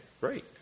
great